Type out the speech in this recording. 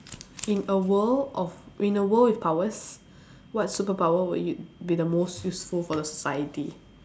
in a world of in a world with powers what superpower would y~ be the most useful for the society